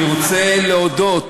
אני רוצה להודות